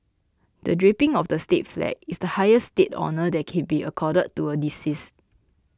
the draping of the state flag is the highest state honour that can be accorded to a decease